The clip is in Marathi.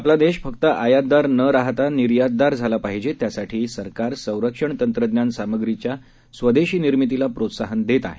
आपला देश फक्त आयातदार न राहता निर्यातदार झाला पाहिजे त्यासाठी सरकार संरक्षण तंत्रज्ञान सामुग्रीच्या स्वदेशी निर्मितीला प्रोत्साहन देत आहे